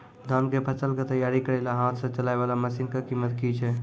धान कऽ फसल कऽ तैयारी करेला हाथ सऽ चलाय वाला मसीन कऽ कीमत की छै?